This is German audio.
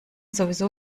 sowieso